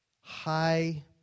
high